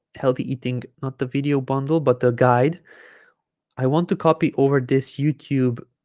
healthy eating not the video bundle but the guide i want to copy over this youtube